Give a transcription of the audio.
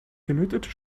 gelötete